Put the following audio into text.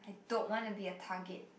I don't wanna be a target